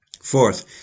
Fourth